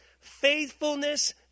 faithfulness